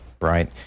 right